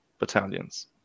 Battalions